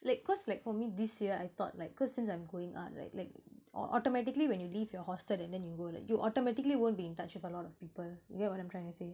like cause like for me this year I thought like cause since I'm going art right like au~ automatically when you leave your hostel and then you go you automatically won't be in touch with a lot of people you get what I'm trying to say